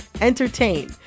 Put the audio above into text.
entertain